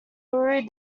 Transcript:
bureau